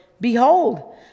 behold